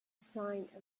sign